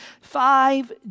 five